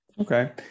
Okay